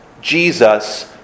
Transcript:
Jesus